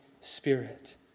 spirit